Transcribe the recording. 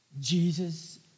Jesus